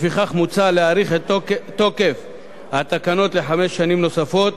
לפיכך מוצע להאריך את תוקף התקנות בחמש שנים נוספות.